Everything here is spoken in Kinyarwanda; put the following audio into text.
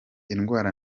indwara